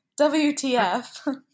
WTF